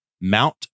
Mount